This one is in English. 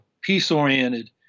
peace-oriented